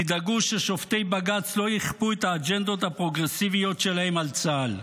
תדאגו ששופטי בג"ץ לא יכפו את האג'נדות הפרוגרסיביות שלהם על צה"ל.